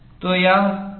तो यह चिंताजनक है